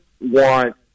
want